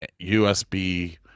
USB